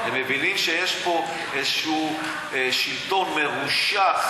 הם מבינים שיש פה איזה שלטון מרושע,